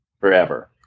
forever